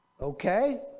okay